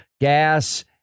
gas